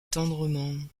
tendrement